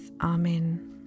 Amen